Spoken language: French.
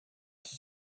qui